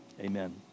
Amen